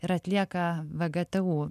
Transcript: ir atlieka vgtu